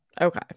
okay